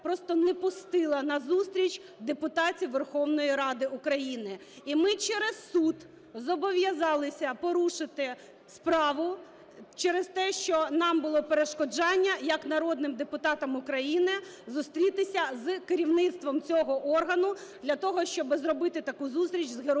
просто не пустила на зустріч депутатів Верховної Ради України. І ми через суд зобов'язалися порушити справу через те, що нам було перешкоджання як народним депутатам України зустрітися з керівництвом цього органу для того, щоб зробити таку зустріч з родинами